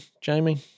Jamie